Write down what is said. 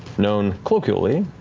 known colloquially,